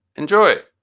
enjoy it